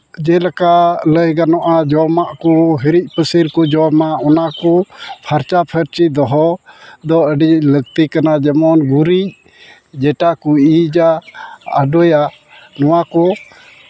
ᱡᱮᱞᱮᱠᱟ ᱞᱟᱹᱭ ᱜᱟᱱᱚᱜᱼᱟ ᱡᱚᱢᱟᱜ ᱚᱱᱟᱠᱚ ᱦᱤᱨᱤᱡ ᱯᱟᱹᱥᱤᱨ ᱠᱚ ᱡᱚᱢᱟ ᱚᱱᱟ ᱠᱚ ᱯᱷᱟᱨᱪᱟᱼᱯᱷᱟᱨᱪᱤ ᱫᱚᱦᱚ ᱫᱚ ᱟᱹᱰᱤ ᱞᱟᱹᱠᱛᱤ ᱠᱟᱱᱟ ᱡᱮᱢᱚᱱ ᱜᱩᱨᱤᱡ ᱡᱮᱴᱟ ᱠᱚ ᱤᱡᱟ ᱟᱰᱚᱭᱟ ᱱᱚᱣᱟ ᱠᱚ